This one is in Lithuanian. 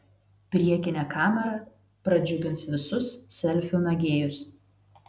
priekinė kamera pradžiugins visus selfių mėgėjus